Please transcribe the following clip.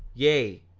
yea,